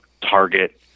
target